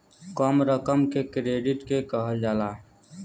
कम रकम के क्रेडिट के कहल जाला